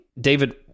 david